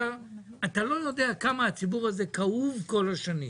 כמה הציבור הזה כאוב כל השנים.